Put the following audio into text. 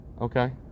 Okay